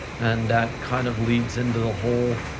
and that kind of leads into the whole,